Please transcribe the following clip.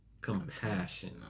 compassion